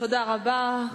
תודה רבה.